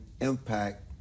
impact